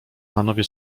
panowie